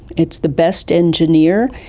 it's the best engineer.